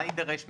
מה יידרש ממנו?